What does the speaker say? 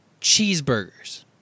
cheeseburgers